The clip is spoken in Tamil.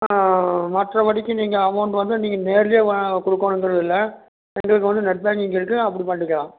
மற்றபடிக்கு நீங்கள் அமௌண்ட் வந்து நீங்கள் நேர்ல வ கொடுக்கோணுங்கறது இல்லை எங்களுக்கு வந்து நெட் பேங்கிங் இருக்கு அப்படி பண்ணிக்கலாம்